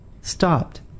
stopped